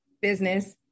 Business